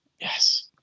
Yes